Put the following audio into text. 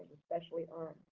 especially earn.